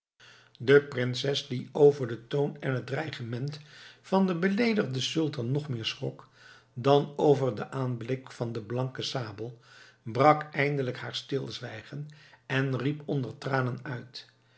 de prinses die over den toon en het dreigement van den beleedigden sultan nog meer schrok dan over den aanblik van den blanken sabel brak eindelijk haar stilzwijgen en riep onder tranen uit